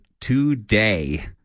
Today